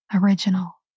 original